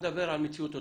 על מציאות אוטופית.